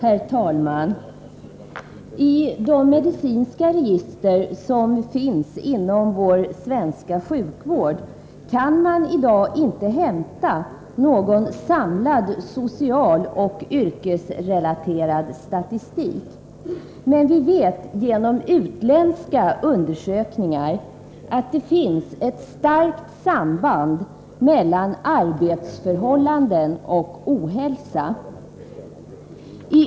Herr talman! I de medicinska register som finns inom vår svenska sjukvård kan man i dag inte hämta någon samlad social och yrkesrelaterad statistik. Men vi vet genom utländska undersökningar att det finns ett starkt samband mellan arbetsförhållanden och ohälsa.